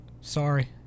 Sorry